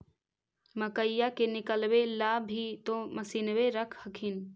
मकईया के निकलबे ला भी तो मसिनबे रख हखिन?